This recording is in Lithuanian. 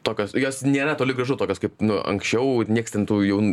tokios jos nėra toli gražu tokios kaip nu anksčiau nieks ten tų jaun